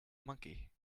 monkey